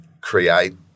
create